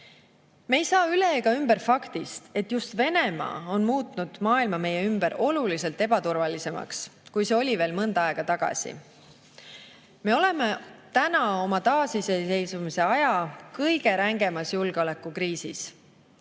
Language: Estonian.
Me ei saa üle ega ümber faktist, et just Venemaa on muutnud maailma meie ümber oluliselt ebaturvalisemaks, kui see oli veel mõnda aega tagasi. Me oleme täna oma taasiseseisvumise aja kõige rängemas julgeolekukriisis.